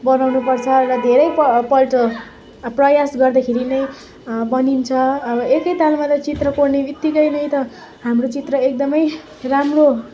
बनाउनु पर्छ र धेरैपल्ट प्रयास गर्दाखेरि नै बनिन्छ अब एकै तालमा त चित्र कोर्न बित्तिकै नि त हाम्रो चित्र एकदमै राम्रो